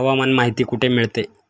हवामान माहिती कुठे मिळते?